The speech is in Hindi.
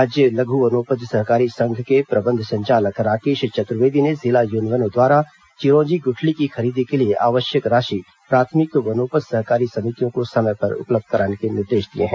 राज्य लघ् वनोपज सहकारी संघ के प्रबंध संचालक राकेश चतुर्वेदी ने जिला यूनियनों द्वारा चिरौंजी गुठली की खरीदी के लिए आवश्यक राशि प्राथमिक वनोपज सहकारी समितियों को समय पर उपलब्ध कराने के निर्देश दिए हैं